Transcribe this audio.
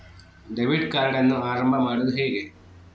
Debit ಕಾರ್ಡನ್ನು ಆರಂಭ ಮಾಡೋದು ಹೇಗೆ?